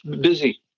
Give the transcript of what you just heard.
busy